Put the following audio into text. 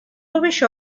rubbish